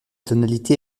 tonalité